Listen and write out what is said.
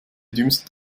dümmsten